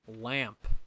lamp